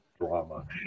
drama